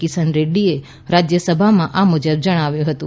કિસન રેડ્ડીએ રાજ્યસભામાં આ મુજબ જણાવ્યું હતું